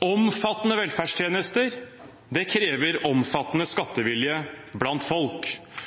Omfattende velferdstjenester krever omfattende skattevilje blant folk,